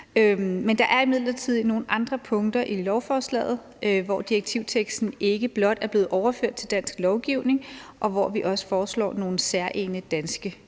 Men der er imidlertid nogle andre punkter i lovforslaget, hvor direktivteksten ikke blot er blevet overført til dansk lovgivning, og hvor vi også foreslår nogle særegne danske løsninger.